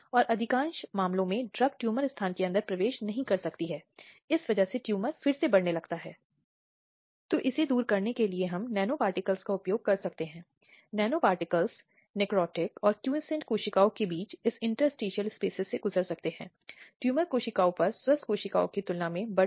तो यह एक मामला हो सकता है यह एक महिला के कपड़े खींचने का मामला हो सकता है या यह किसी महिला को शारीरिक रूप से छूने की कोशिश करने का मामला भी हो सकता है किसी न किसी रूप में छेड़खानी तो यह भारतीय दंड संहिता की धारा 354 के तहत आयेगा